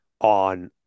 on